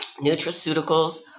Nutraceuticals